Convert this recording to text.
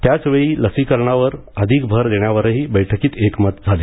त्याचवेळी लसीकरणावर अधिक भर देण्यावरही बैठकीत एकमत झाले